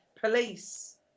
police